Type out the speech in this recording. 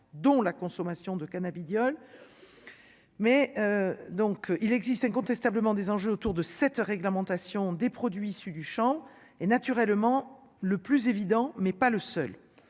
dont la consommation de cannabidiol mais donc il existe incontestablement des enjeux autour de cette réglementation des produits issus du Champ et naturellement le plus évident, mais pas le seul